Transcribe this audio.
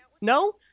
no